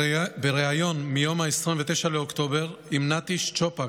בריאיון מיום 29 באוקטובר עם נתי שצ'ופק,